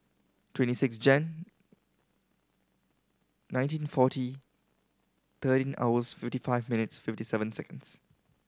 twenty six Jan nineteen forty thirteen hours fifty five minutes fifty seven seconds